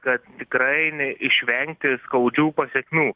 kad tikrai išvengti skaudžių pasekmių